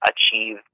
achieve